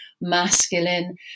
masculine